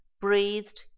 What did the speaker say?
breathed